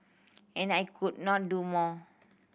and I could not do more